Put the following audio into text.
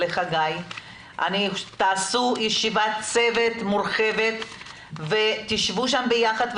לחגי - תעשו ישיבת צוות מורחבת ושבו שם ביחד,